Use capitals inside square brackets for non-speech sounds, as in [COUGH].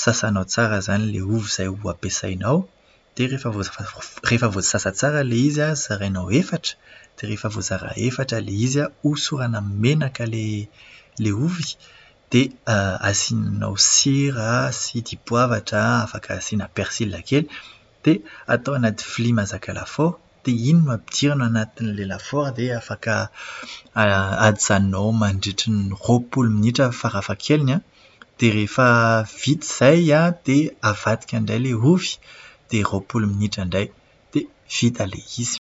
sasanao tsara izany ilay ovy izay vao ampiasainao. Dia rehefa [HESITATION] rehefa voasasa tsara ilay izy an, zarainao efatra, dia rehefa voazara efatra ilay izy an, hosorana menaka ilay ilay ovy. Dia asianao sira, asianao dipoavatra, afaka asiana persila kely. Dia atao anaty vilia mahzaka lafaoro. Dia iny no ampidirina anatin'ilay lafaoro dia afaka [HESITATION] ajanonao ao mandritra ny roapolo minitra farafahakeliny an. Dia rehefa vita izay an, dia avadikao ilay ovy, dia roapolo minitra indray. Dia vita ilay izy.